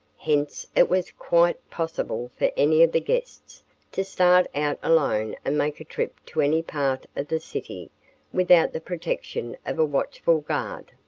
hence it was quite possible for any of the guests to start out alone and make a trip to any part of the city without the protection of a watchful guard.